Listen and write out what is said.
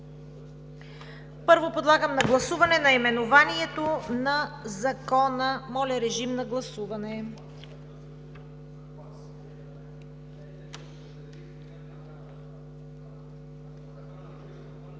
Първо, колеги, гласуваме наименованието на Закона. Моля, режим на гласуване.